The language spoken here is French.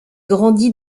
grandit